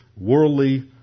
worldly